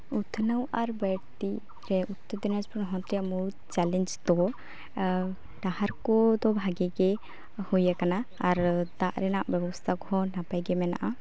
ᱩᱛᱱᱟᱹᱣ ᱟᱨ ᱵᱟᱹᱲᱛᱤ ᱡᱮ ᱩᱛᱛᱚᱨ ᱫᱤᱱᱟᱡᱽᱯᱩᱨ ᱦᱚᱱᱚᱛ ᱨᱮᱭᱟᱜ ᱢᱩᱲᱦᱩᱫ ᱪᱮᱞᱮᱧᱡᱽ ᱫᱚ ᱰᱟᱦᱟᱨ ᱠᱚᱫᱚ ᱵᱷᱟᱜᱮ ᱜᱮ ᱦᱩᱭ ᱟᱠᱟᱱᱟ ᱟᱨ ᱫᱟᱜ ᱨᱮᱱᱟᱜ ᱚᱵᱚᱥᱛᱷᱟᱠᱚ ᱦᱚᱸ ᱱᱟᱯᱟᱭ ᱜᱮ ᱢᱮᱱᱟᱜᱼᱟ